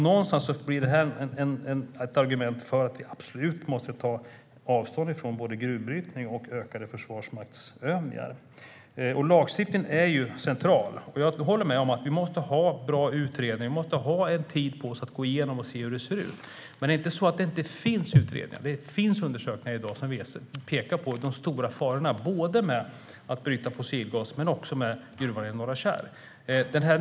Någonstans blir det ett argument för att vi absolut måste ta avstånd från både gruvbrytning och ökade försvarsmaktsövningar. Lagstiftningen är central. Jag håller med om att vi måste ha en bra utredning. Vi måste ha tid på oss för att gå igenom det hela och se hur det ser ut. Men det är inte så att det inte finns utredningar. Det finns undersökningar i dag som pekar på de stora farorna både med att bryta fossilgas och med gruvan i Norra Kärr.